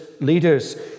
leaders